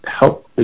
help